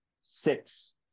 six